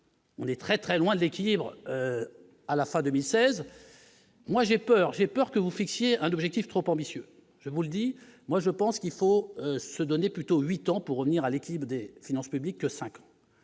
On est très très loin de l'équilibre à la fin 2016, moi j'ai peur, j'ai peur que vous fixez un objectif trop ambitieux, je vous le dis, moi, je pense qu'il faut se donner plutôt 8 ans pour revenir à l'équilibre des finances publiques que 5 5 ans